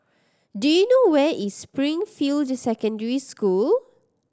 do you know where is Springfield Secondary School